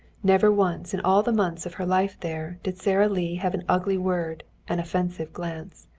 never once in all the months of her life there did sara lee have an ugly word, an offensive glance.